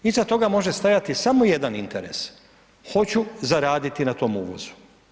Iza toga može stajati samo jedan interes, hoću zaraditi na tom uvozu.